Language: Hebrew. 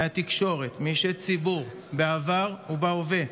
מהתקשורת, מאישי ציבור בעבר ובהווה: